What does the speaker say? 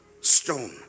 stone